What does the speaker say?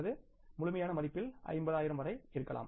அல்லது முழுமையான மதிப்பில் 50 ஆயிரம் வரை இருக்கலாம்